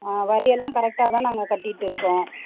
வரியெல்லாம் கரெக்டாக தான் நாங்கள் கட்டிகிட்டு இருக்கோம்